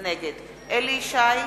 נגד אליהו ישי,